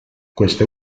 queste